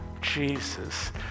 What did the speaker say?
Jesus